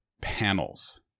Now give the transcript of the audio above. panels